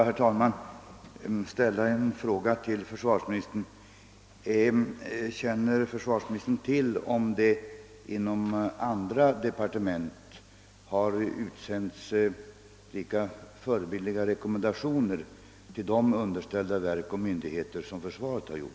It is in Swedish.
Herr talman! Känner försvarsministern till om också andra departement har sänt ut lika förebildliga rekommendationer till dem underställda verk och myndigheter som försvarsdepartementet har gjort?